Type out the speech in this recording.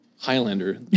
Highlander